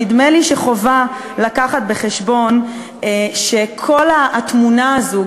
נדמה לי שחובה להביא בחשבון שכל התמונה הזאת,